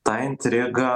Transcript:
tą intrigą